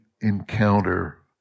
encounter